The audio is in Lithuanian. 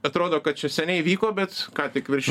atrodo kad čia seniai įvyko bet ką tik virš